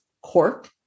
cork